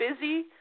busy